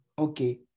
Okay